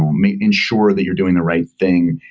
making sure that you're doing the right thing,